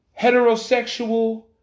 heterosexual